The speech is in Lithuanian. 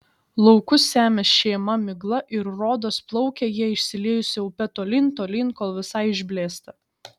laukus semia šėma migla ir rodos plaukia jie išsiliejusia upe tolyn tolyn kol visai išblėsta